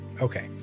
Okay